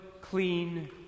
clean